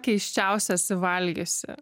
keisčiausio esi valgiusi